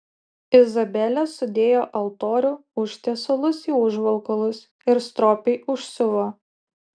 izabelė sudėjo altorių užtiesalus į užvalkalus ir stropiai užsiuvo